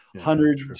hundred